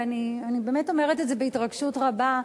ואני באמת אומרת את זה בהתרגשות רבה,